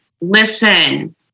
Listen